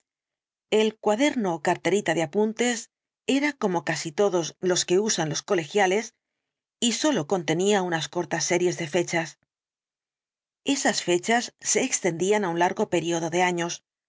el cuaderno ó carterita de apuntes era como casi todos los que usan los colegiales y sólo contenía unas cortas series de fechas esas fechas se extendían á un largo período de anos